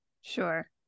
Sure